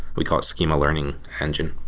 we call it schema learning engine.